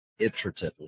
iteratively